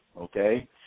okay